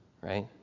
right